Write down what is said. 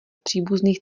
příbuzných